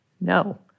No